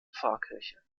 pfarrkirche